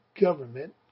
government